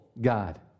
God